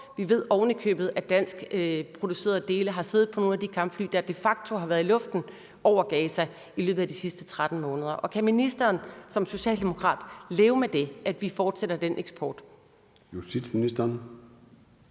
Vi ved oven i købet, at dansk producerede dele har siddet på nogle af de kampfly, der de facto har været i luften over Gaza i løbet af de sidste 13 måneder. Kan ministeren som socialdemokrat leve med, at vi fortsætter den eksport? Kl.